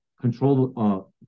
control